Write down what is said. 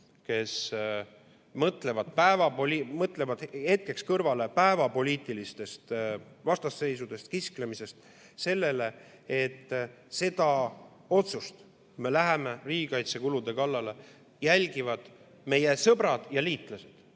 kes mõtlevad hetkeks päevapoliitilistest vastasseisudest ja kisklemisest kõrvale. Seda otsust, et me läheme riigikaitsekulude kallale, jälgivad meie sõbrad ja liitlased.